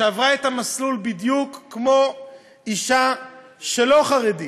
שעברה את המסלול בדיוק כמו אישה לא חרדית,